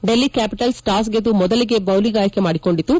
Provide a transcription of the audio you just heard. Delhi Capitals toss ಗೆದ್ದು ಮೊದಲಿಗೆ bowling ಆಯ್ಲೆ ಮಾಡಿಕೊಂಡಿತು